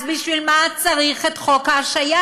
אז בשביל מה צריך את חוק ההשעיה,